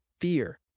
fear